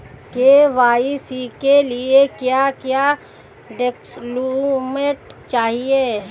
KYC के लिए क्या क्या डॉक्यूमेंट चाहिए?